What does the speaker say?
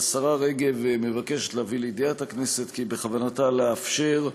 השרה רגב מבקשת להביא לידיעת הכנסת כי בכוונתה לאפשר,